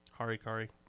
Harikari